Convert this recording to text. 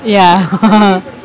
ya